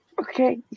Okay